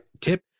tip